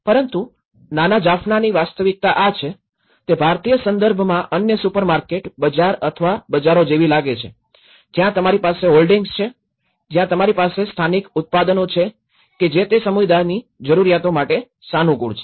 પરંતુ નાનું જાફનાની વાસ્તવિકતા આ છે તે ભારતીય સંદર્ભમાં અન્ય સુપરમાર્કેટ બજાર અથવા બજારો જેવી લાગે છે કે જ્યાં તમારી પાસે હોર્ડિંગ્સ છે જ્યાં તમારી પાસે સ્થાનિક ઉત્પાદનો છે કે જે તે સમુદાયની જરૂરિયાતો માટે સાનુકૂળ છે